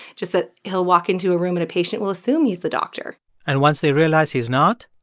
just that he'll walk into a room, and a patient will assume he's the doctor and once they realize he's not,